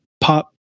pop